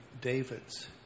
David's